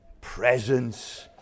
presence